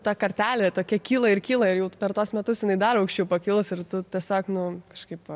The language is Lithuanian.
ta kartelė tokia kyla ir kyla ir jau per tuos metus jinai dar aukščiau pakils irtu tiesiog nu kažkaip